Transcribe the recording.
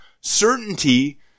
certainty